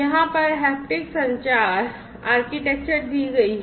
यहाँ पर haptic संचार architecture दी गई है